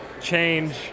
change